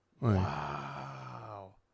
Wow